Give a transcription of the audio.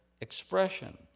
expression